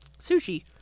sushi